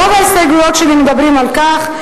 רוב ההסתייגויות שלי מדברות על כך,